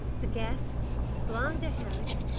the guests slung their hammocks,